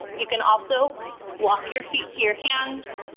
you can also walk your feet to your hands,